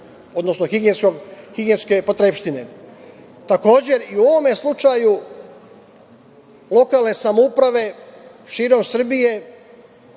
odnosno higijenske potrepštine. Takođe, i u ovom slučaju lokalne samouprave širom Srbije